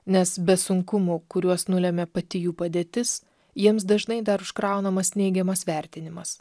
nes be sunkumų kuriuos nulemia pati jų padėtis jiems dažnai dar užkraunamas neigiamas vertinimas